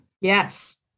yes